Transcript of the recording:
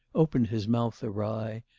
opened his mouth awry,